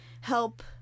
help